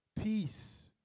Peace